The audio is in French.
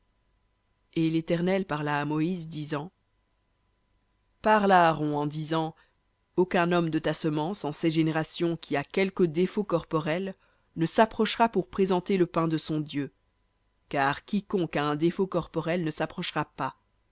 et l'éternel parla à moïse disant parle à aaron en disant aucun homme de ta semence en ses générations qui a quelque défaut corporel ne s'approchera pour présenter le pain de son dieu car quiconque a un défaut corporel ne s'approchera pas